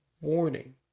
warning